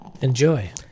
Enjoy